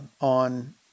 on